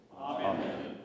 Amen